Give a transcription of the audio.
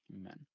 Amen